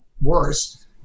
worse